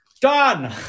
Done